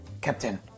Captain